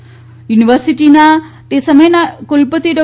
ગુજરાત યુનિવર્સિટીના તે સમયના કુલપતિ ડો